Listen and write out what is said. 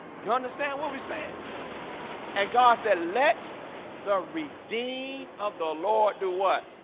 you understand what we said and god said let the redeemed of the lord do what?